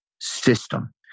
system